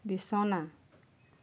বিছনা